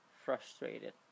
frustrated